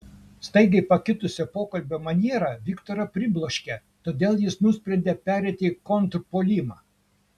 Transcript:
staigiai pakitusi pokalbio maniera viktorą pribloškė todėl jis nusprendė pereiti į kontrpuolimą